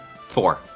Four